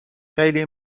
خیلی